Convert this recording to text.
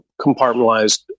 compartmentalized